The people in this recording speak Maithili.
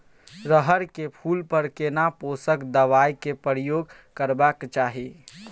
रहर के फूल पर केना पोषक दबाय के प्रयोग करबाक चाही?